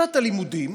שנת הלימודים,